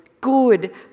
good